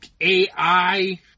AI